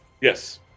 Yes